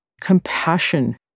compassion